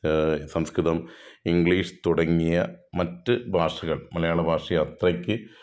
സംസ്കൃതം English തുടങ്ങിയ മറ്റ് ഭാഷകൾ മലയാളഭാഷയെ അത്രയ്ക്ക്